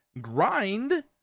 grind